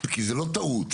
כי זה לא טעות.